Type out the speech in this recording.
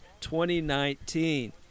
2019